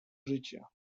życia